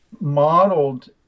modeled